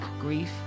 grief